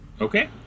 Okay